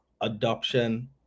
adoption